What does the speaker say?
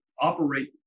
operate